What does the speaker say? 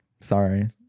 sorry